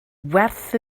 werth